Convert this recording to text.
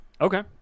Okay